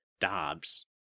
Dobbs